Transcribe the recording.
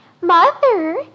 Mother